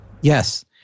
Yes